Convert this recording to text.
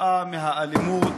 כתוצאה מהאלימות,